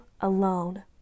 alone